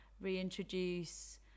reintroduce